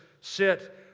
sit